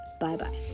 Bye-bye